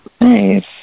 Nice